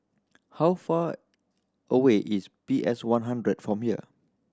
how far away is P S One hundred from here